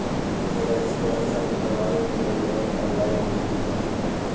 KYC हर साल करवावे के पड़ी और ऑनलाइन होई की ना?